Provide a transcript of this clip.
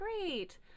Great